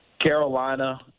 Carolina